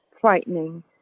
frightening